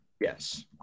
Yes